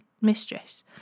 mistress